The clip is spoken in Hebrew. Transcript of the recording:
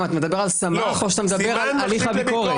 אתה מדבר על סמ"ח או שאתה מדבר על הליך הביקורת?